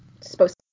supposed